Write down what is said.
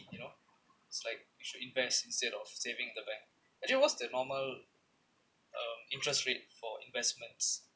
you know it's like you should invest instead of saving in the bank actually what's the normal um interest rate for investments